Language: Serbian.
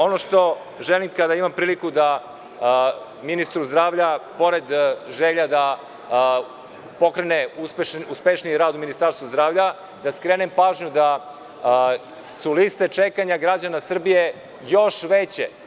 Ono što želim da kažem, kada imam priliku, ministru zdravlja, pored želja da pokrene uspešniji rad u Ministarstvu zdravlja, i da skrenem pažnju je da su liste čekanja građana Srbije još veće.